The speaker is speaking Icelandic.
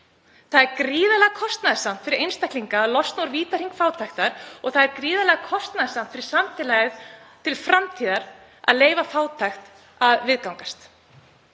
Það er gríðarlega kostnaðarsamt fyrir einstaklinga að losna úr vítahring fátæktar og það er gríðarlega kostnaðarsamt fyrir samfélagið til framtíðar að leyfa fátækt að viðgangast.